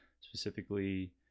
specifically